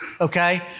okay